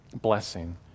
blessing